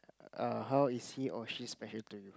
err how is he or she special to you